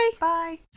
Bye